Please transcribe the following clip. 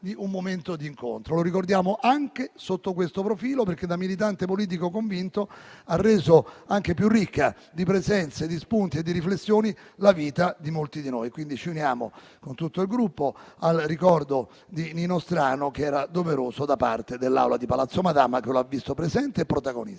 di un momento di incontro. Lo ricordiamo anche sotto questo profilo, perché da militante politico convinto ha reso anche più ricca di presenza, di spunti e di riflessioni la vita di molti di noi. Con tutto il Gruppo, ci uniamo quindi al ricordo di Nino Strano, che era doveroso da parte dell'Assemblea di Palazzo Madama, che lo ha visto presente e protagonista.